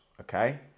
okay